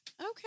Okay